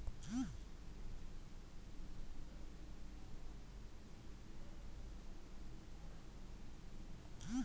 ಆಸ್ತಿ ವಿವರವನ್ನ ಬ್ಯಾಲೆನ್ಸ್ ಶೀಟ್ನಲ್ಲಿ ಹಾಕಲಾಗಿರುತ್ತದೆ